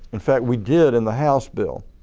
in fact, we did in the house bill